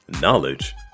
knowledge